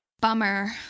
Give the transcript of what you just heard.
Bummer